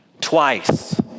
Twice